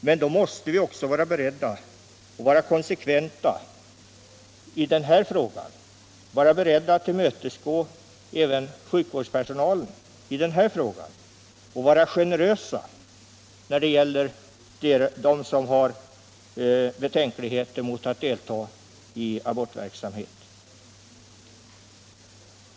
Men då måste vi också vara både konsekventa och generösa när det gäller dem bland sjukvårdspersonalen som har betänkligheter mot att delta i abortverksamhet.